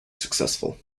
successful